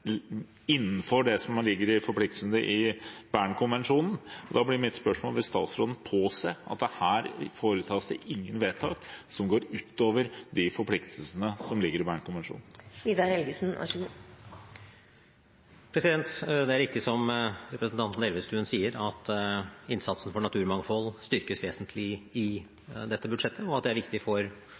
innenfor det som er forpliktelsene i Bern-konvensjonen. Da blir mitt spørsmål: Vil statsråden påse at det her ikke blir gjort vedtak som går utover de forpliktelsene som ligger i Bern-konvensjonen? Det er riktig som representanten Elvestuen sier, at innsatsen for naturmangfold styrkes vesentlig i dette budsjettet, og at det er viktig for